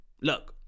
look